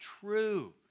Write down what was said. true